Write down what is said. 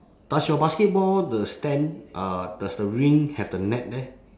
does your basketball the stand uh does the ring have the net there